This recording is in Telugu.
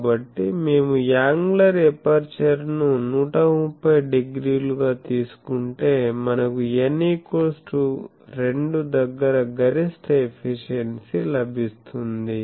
కాబట్టి మేము యాంగులర్ ఎపర్చర్ను 130 డిగ్రీలుగా తీసుకుంటే మనకు n 2 దగ్గర గరిష్ట ఎఫిషియెన్సీ లభిస్తుంది